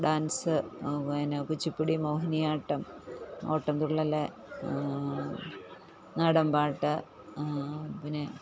dance പിന്നെ കുച്ചിപ്പുടി മോഹിനിയാട്ടം ഓട്ടം തുള്ളൽ നാടൻ പാട്ട് പിന്നെ